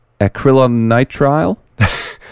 acrylonitrile